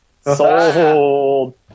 Sold